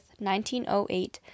1908